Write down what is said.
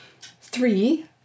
Three